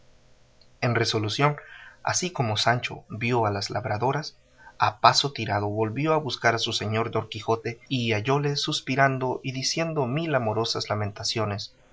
en resolución así como sancho vio a las labradoras a paso tirado volvió a buscar a su señor don quijote y hallóle suspirando y diciendo mil amorosas lamentaciones